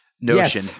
notion